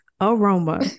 aroma